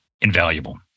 invaluable